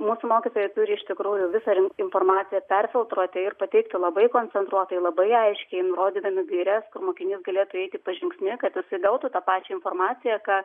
mūsų mokytojai turi iš tikrųjų visą informaciją perfiltruoti ir pateikti labai koncentruotai labai aiškiai nurodydami gaires kur mokinys galėtų įeiti pažingsniui kad jisai gautų tą pačią informaciją ką